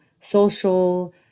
social